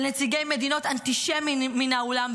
של נציגי מדינות אנטישמיים מן האולם,